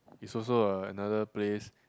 is also a another place